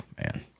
man